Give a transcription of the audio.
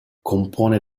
compone